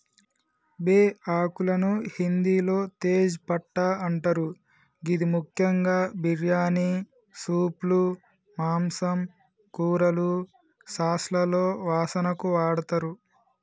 బేఆకులను హిందిలో తేజ్ పట్టా అంటరు గిది ముఖ్యంగా బిర్యానీ, సూప్లు, మాంసం, కూరలు, సాస్లలో వాసనకు వాడతరు